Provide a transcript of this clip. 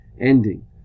ending